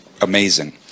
amazing